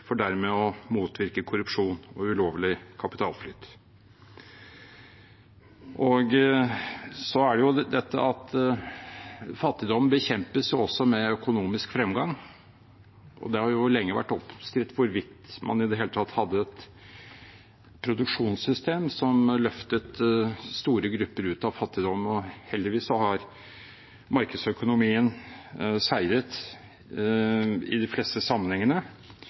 for dermed å motvirke korrupsjon og ulovlig kapitalflyt. Fattigdom bekjempes også med økonomisk fremgang, og det har lenge vært omstridt hvorvidt man i det hele tatt hadde et produksjonssystem som løftet store grupper ut av fattigdom. Heldigvis har markedsøkonomien seiret i de fleste